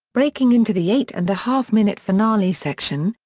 breaking into the eight-and-a-half-minute finale section,